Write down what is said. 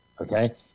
Okay